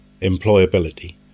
employability